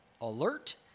alert